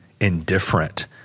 indifferent